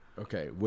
Okay